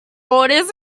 orders